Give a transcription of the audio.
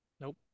Nope